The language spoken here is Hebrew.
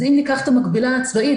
אז אם ניקח את המקבילה הצבאית,